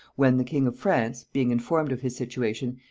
when the king of france, being informed of his situation,